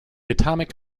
atomic